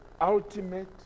ultimate